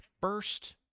first